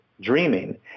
dreaming